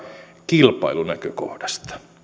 kilpailunäkökohdasta